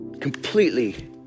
completely